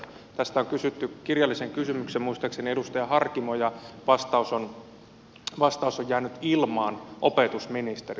tästä on kysynyt kirjallisen kysymyksen muistaakseni edustaja harkimo ja vastaus on jäänyt ilmaan opetusministeriltä